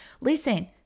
Listen